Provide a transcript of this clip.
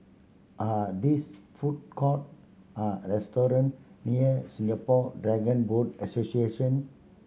are these food court or restaurant near Singapore Dragon Boat Association